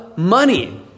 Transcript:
money